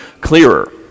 clearer